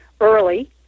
early